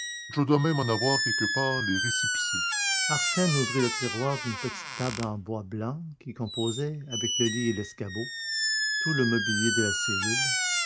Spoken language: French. je dois même en avoir quelque part les récépissés arsène ouvrit le tiroir d'une petite table en bois blanc qui composait avec le lit et l'escabeau tout le mobilier de sa cellule